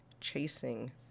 chasing